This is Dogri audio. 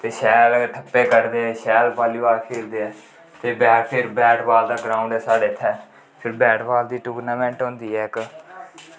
ते शैल ठप्पे कड्ढदे शैल बाल्ली बाल खेलदे ऐ ते बै फिर बैट बॉल दा ग्राउंड ऐ साढ़ै इत्थें फिर बैट बॉल दी टूर्नामैंट होंदी ऐ इक